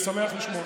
הסטודנטים קורסים,